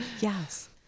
yes